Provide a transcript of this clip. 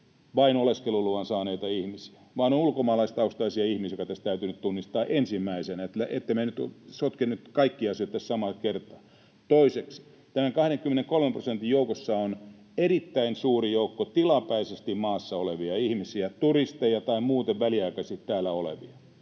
vain oleskeluluvan saaneita ihmisiä, vaan ne ovat ulkomaalaistaustaisia ihmisiä, mikä tässä täytyy nyt tunnistaa ensimmäisenä, ettemme nyt sotke kaikkia asioita tässä samalla kertaa. Toiseksi tämän 23 prosentin joukossa on erittäin suuri joukko tilapäisesti maassa olevia ihmisiä, turisteja tai muuten väliaikaisesti täällä olevia,